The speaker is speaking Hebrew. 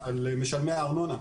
על משלמי הארנונה,